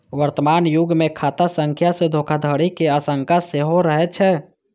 वर्तमान युग मे खाता संख्या सं धोखाधड़ी के आशंका सेहो रहै छै